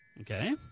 Okay